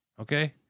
Okay